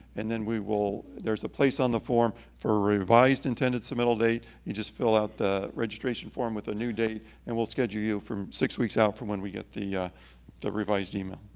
and then we will, there's a place on the form for revised intended submittal date, you just fill out the registration form with a new date, and we'll schedule you for six weeks out from when we get the the revised email.